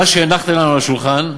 מה שהנחתם לנו על השולחן זה,